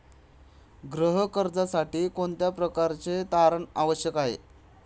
गृह कर्जासाठी कोणत्या प्रकारचे तारण आवश्यक आहे?